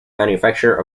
manufacture